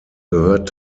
gehört